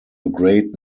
great